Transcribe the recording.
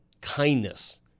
kindness